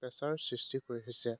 pressure সৃষ্টি কৰি আহিছে